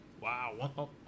Wow